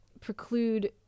preclude